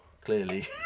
clearly